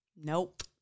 Nope